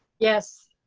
yes.